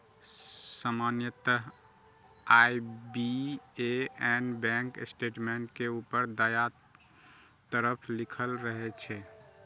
सामान्यतः IBAN bank statement के ऊपर दायां तरफ लिखल रहै छै